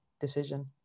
decision